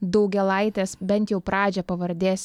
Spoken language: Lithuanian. daugėlaitės bent jau pradžią pavardės